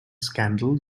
scandal